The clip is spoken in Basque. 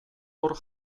hor